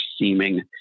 seeming